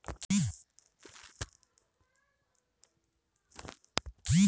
annuity పథకాలు కొన్ని state బ్యాంకులో కూడా ఉన్నాయంట